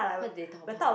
what they talk about